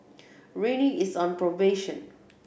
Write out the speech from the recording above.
Rene is on promotion